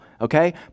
okay